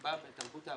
היא בתרבות העבודה.